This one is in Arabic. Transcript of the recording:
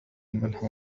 الملح